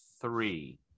three